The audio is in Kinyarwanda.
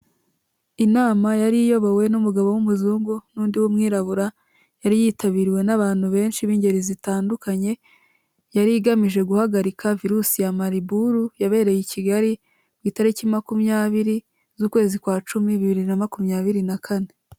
Inama yari iyobowe n'umugabo w'umuzungu n'undi w'umwirabura, yari yitabiriwe n'abantu benshi b'ingeri zitandukanye, yari igamije guhagarika virusi ya mariburu, yabereye i Kigali ku itariki makumyabiri z'ukwezi kwa cumi bibiri na makumyabiri na kane.